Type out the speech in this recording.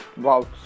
Wow